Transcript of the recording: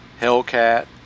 Hellcat